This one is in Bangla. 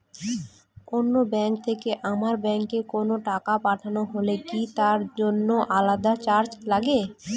অন্য ব্যাংক থেকে আমার ব্যাংকে কোনো টাকা পাঠানো হলে কি তার জন্য আলাদা চার্জ লাগে?